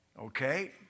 Okay